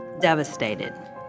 devastated